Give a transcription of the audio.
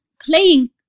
playing